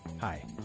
Hi